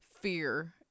Fear